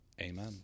Amen